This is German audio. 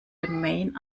domain